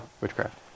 Witchcraft